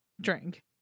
drink